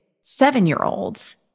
seven-year-olds